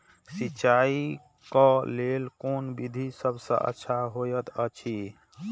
सिंचाई क लेल कोन विधि सबसँ अच्छा होयत अछि?